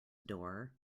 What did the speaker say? door